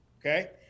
Okay